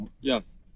Yes